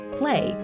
play